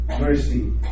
mercy